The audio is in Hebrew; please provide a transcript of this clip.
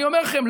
אני אומר לכם,